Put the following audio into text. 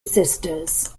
sisters